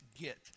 get